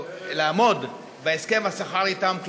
או לעמוד בהסכם השכר איתם,